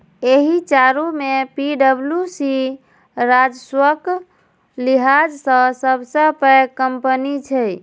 एहि चारू मे पी.डब्ल्यू.सी राजस्वक लिहाज सं सबसं पैघ कंपनी छै